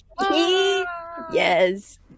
Yes